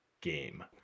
game